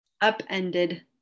upended